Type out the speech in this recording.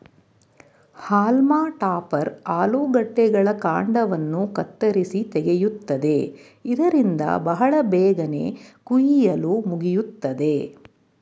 haulm topper ಆಲೂಗಡ್ಡೆಗಳ ಕಾಂಡವನ್ನು ಕತ್ತರಿಸಿ ತೆಗೆಯುತ್ತದೆ ಇದರಿಂದ ಬಹಳ ಬೇಗನೆ ಕುಯಿಲು ಮುಗಿಯುತ್ತದೆ